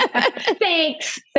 Thanks